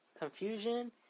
confusion